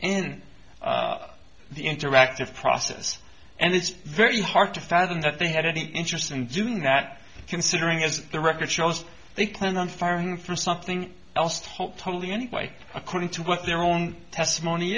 in the interactive process and it's very hard to fathom that they had any interest in doing that considering as the record shows they plan on firing for something else top totally anyway according to what their own testimony